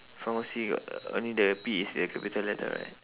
pharmacy got only the P is a capital letter right